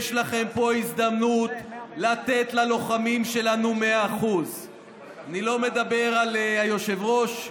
יש לכם פה הזדמנות לתת ללוחמים שלנו 100%. אני לא מדבר על היושב-ראש,